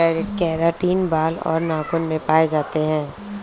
keratin बाल और नाखून में पाए जाते हैं